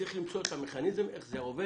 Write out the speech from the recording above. צריך למצוא את המכניזם, איך זה עובד.